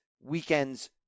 weekend's